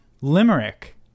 Limerick